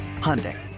Hyundai